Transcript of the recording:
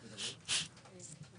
לחקיקה.